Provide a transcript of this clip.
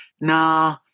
Nah